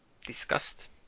Disgust